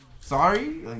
sorry